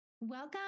Welcome